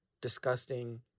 disgusting